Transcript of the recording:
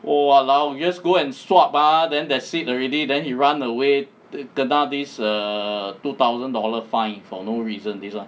!walao! you just go and swab ah then that's it already then he run away kena this err two thousand dollar fine for no reason this one